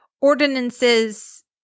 Ordinances